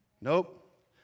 Nope